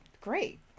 great